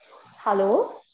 hello